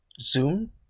Zoom